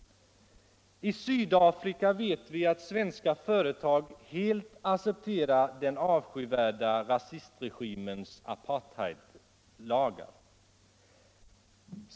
I Sydafrika vet vi att svenska företag helt accepterar den avskyvärda rasistregimens apartheidlagar.